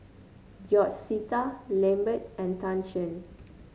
George Sita Lambert and Tan Shen